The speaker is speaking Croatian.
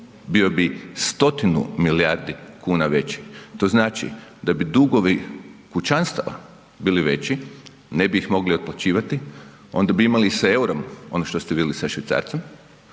bio bi stotinu milijardi kuna veći, to znači da bi dugovi kućanstava bili veći, ne bi ih mogli otplaćivati, onda bi imali s EUR-om ono što ste vidjeli sa švicarcem,